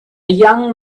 young